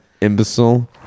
imbecile